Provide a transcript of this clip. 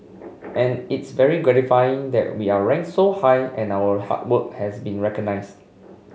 and it's very gratifying that we are ranked so high and our hard work has been recognised